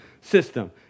system